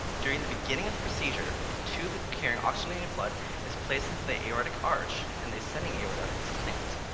during the beginning of the procedure, a tube carrying oxygenated blood is placed into the aortic arch, and the ascending aorta is clamped.